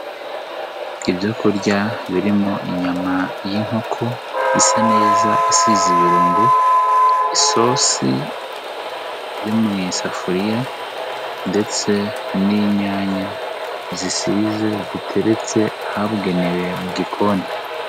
Ibyokurya birimo inyama y'inkoko isa neza isize ibirungo, isosi iri mu isafuriya ndetse n'inyanya zisize ziteretse ahabugenewe mu gikoni.